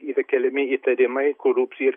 yra keliami įtarimai korupcija ir